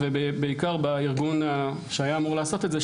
ובעיקר בארגון שהיה אמור לעשות את זה,